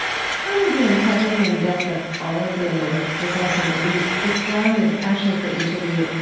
part of the integrity and depth of all of your work is also that you it's grounded, actually, for each of you,